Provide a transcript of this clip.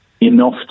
enough